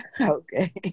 Okay